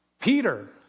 Peter